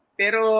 pero